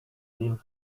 leben